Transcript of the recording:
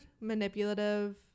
manipulative